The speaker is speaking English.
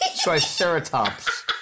triceratops